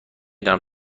دانم